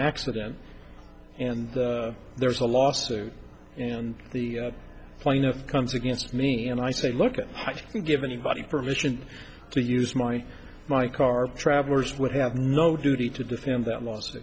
accident and there's a lawsuit and the plaintiff comes against me and i say look i can give anybody permission to use my my car travelers would have no duty to defend that l